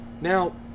Now